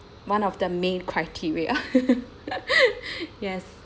one of the main criteria yes